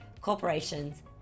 corporations